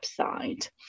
website